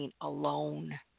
alone